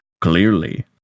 clearly